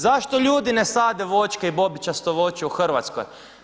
Zašto ljudi ne sade voćke i bobičasto voće u Hrvatskoj?